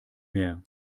mehr